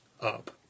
up